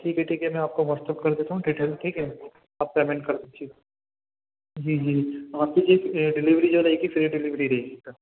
ٹھیک ہے ٹھیک ہے میں آپ کو واٹسیپ کر دیتا ہوں ڈیٹیلس ٹھیک ہے آپ پیمینٹ کر دیجئے جی جی آپ کی جس ڈیلیوری جو رہے گی فری ڈیلیوری رہے گی سر